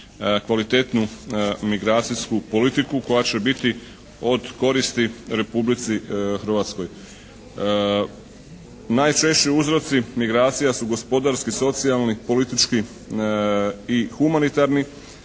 kvalitetnu migracijsku politiku koja će biti od koristi Republici Hrvatskoj. Najčešći uzroci migracija su gospodarski, socijalni, politički i humanitarni.